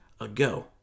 ago